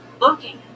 looking